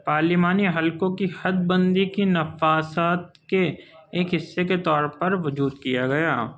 پارلیمانی حلقوں کی حد بندی کی نفاست کے ایک حصے کے طور وجود کیا گیا